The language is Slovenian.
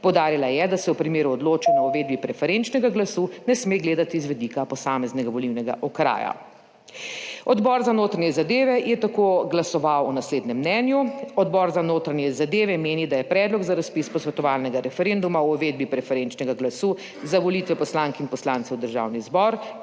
Poudarila je, da se v primeru odločanja o uvedbi preferenčnega glasu ne sme gledati z vidika posameznega volilnega okraja. Odbor za notranje zadeve je tako glasoval o naslednjem mnenju: Odbor za notranje zadeve meni, da je Predlog za razpis posvetovalnega referenduma o uvedbi preferenčnega glasu za volitve poslank in poslancev v Državni zbor